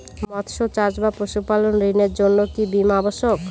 মৎস্য চাষ বা পশুপালন ঋণের জন্য কি বীমা অবশ্যক?